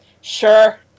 Sure